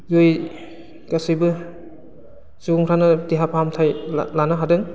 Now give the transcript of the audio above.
जेरै गासैबो सुबुंफ्रानो देहा फाहामथाय लानो हादों